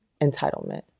entitlement